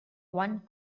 one